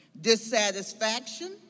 dissatisfaction